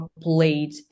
played